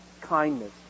kindness